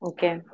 Okay